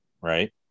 right